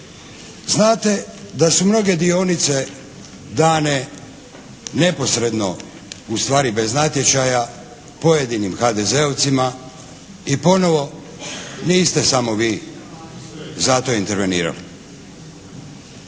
Znate da su mnoge dionice dane neposredno ustvari bez natječaja pojedinim HDZ-ovcima i ponovo niste samo vi za to intervenirali.